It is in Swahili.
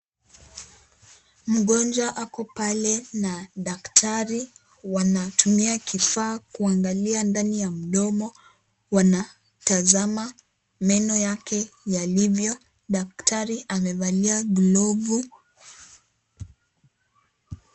Mgonjwa ako pale na daktari wanatumia kifa kuangalia ndani ya mdomo, wanatazama meno yake yalivyo. Daktari amevalia glovu.